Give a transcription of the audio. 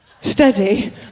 Steady